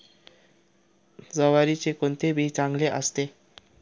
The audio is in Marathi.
ज्वारीचे कोणते बी चांगले असते?